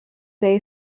day